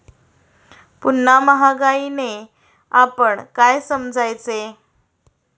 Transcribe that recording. पुन्हा महागाईने आपण काय समजायचे?